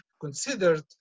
considered